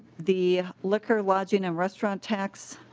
the liquor lodging and restaurant tax